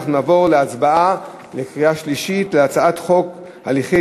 אנחנו נעבור להצבעה בקריאה שלישית על הצעת חוק הליכי